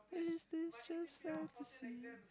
is this just fantasy